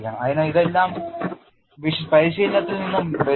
അതിനാൽ ഇതെല്ലം പരിശീലനത്തിൽ നിന്ന് വരുന്നു